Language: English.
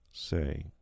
say